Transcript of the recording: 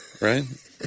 Right